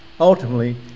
ultimately